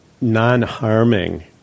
non-harming